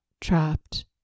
trapped